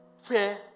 fear